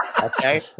Okay